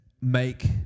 make